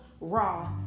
raw